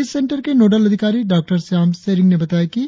इस सेंटर के नोडल अधिकारी डॉ श्याम सेंरिंग ने बताया कि